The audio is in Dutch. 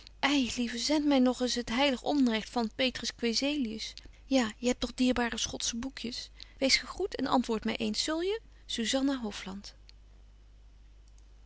ei lieve zendt my nog eens het heilig onrecht van petrus kwezelius ja je hebt toch dierbare schotse boekjes wees gegroet en antwoord my eens zul je